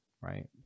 right